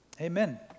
Amen